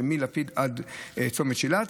מלפיד עד צומת שיל"ת,